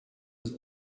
was